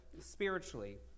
spiritually